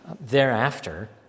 thereafter